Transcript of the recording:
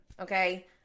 okay